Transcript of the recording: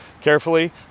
carefully